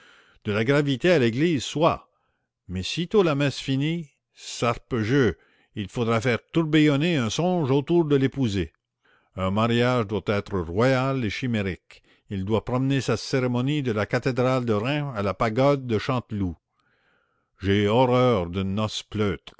de la gravité à l'église soit mais sitôt la messe finie sarpejeu il faudrait faire tourbillonner un songe autour de l'épousée un mariage doit être royal et chimérique il doit promener sa cérémonie de la cathédrale de reims à la pagode de chanteloup j'ai horreur d'une